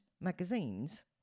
magazines